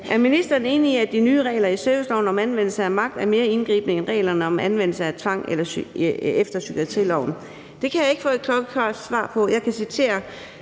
»Er ministeren enig i, at de nye regler i serviceloven om anvendelse af magt er mere indgribende end reglerne om anvendelse af tvang efter psykiatriloven?« Det kan jeg ikke få et klokkeklart svar på. Jeg kan citere